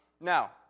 Now